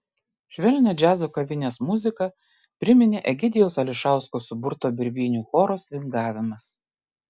švelnią džiazo kavinės muziką priminė egidijaus ališausko suburto birbynių choro svingavimas